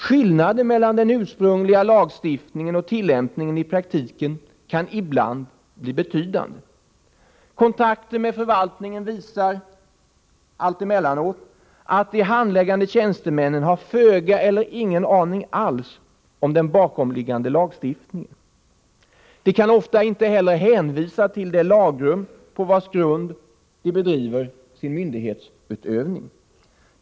Skillnaden mellan den ursprungliga lagstiftningen och tillämpningen i praktiken kan ibland bli betydande. Kontakter med förvaltningen visar emellanåt att de handläggande tjänstemännen har föga eller ingen aning alls om den bakomliggande lagstiftningen. De kan ofta inte heller hänvisa till det lagrum på vars grund de bedriver sin myndighetsutövning.